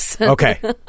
Okay